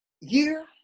year